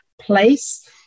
place